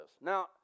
Now